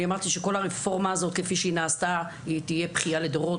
שכל הרפורמה הזאת כפי שהיא נעשתה תהיה בכייה לדורות,